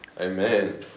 Amen